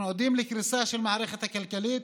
אנחנו עדים לקריסה של המערכת הכלכלית.